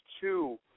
two